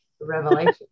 revelation